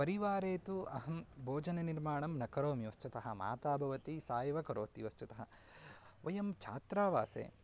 परिवारे तु अहं भोजननिर्माणं न करोमि वस्तुतः माता भवति सा एव करोति वस्तुतः वयं छात्रावासे